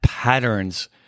patterns